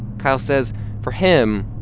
kyle says for him,